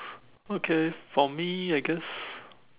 okay for me I guess